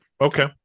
okay